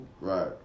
Right